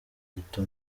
gito